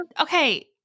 Okay